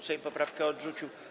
Sejm poprawkę odrzucił.